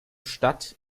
stadt